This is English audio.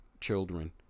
children